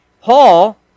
Paul